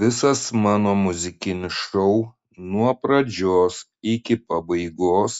visas mano muzikinis šou nuo pradžios iki pabaigos